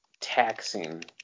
taxing